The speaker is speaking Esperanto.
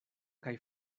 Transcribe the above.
kaj